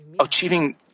achieving